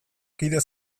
kide